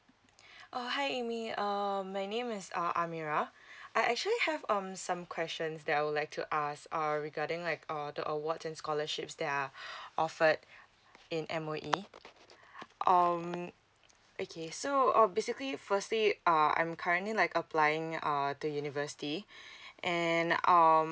uh hi amy uh my name is uh amira I I actually have um some questions that I would like to ask or regarding like err the awards and scholarships that are offered in M_O_E um okay so uh basically firstly uh I'm currently like applying err to university and um